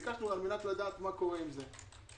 ביקשנו לדעת מה קורה עם זה.